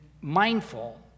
mindful